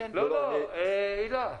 -- לא לא, הילה.